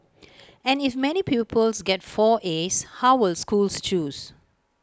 and if many pupils get four as how will schools choose